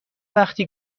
وقتی